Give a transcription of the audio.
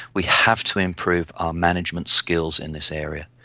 we have to improve our management skills in this area.